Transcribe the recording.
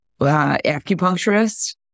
acupuncturist